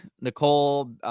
Nicole